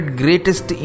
greatest